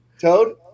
Toad